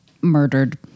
murdered